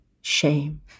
Shame